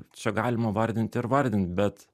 čia galima vardint ir vardint bet